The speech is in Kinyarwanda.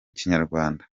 kinyarwanda